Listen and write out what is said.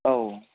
औ